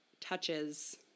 touches